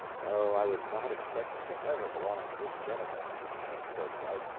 no, i was not expecting to ever belong to this gentleman whom i have spoken of,